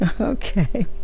Okay